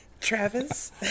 Travis